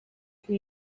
for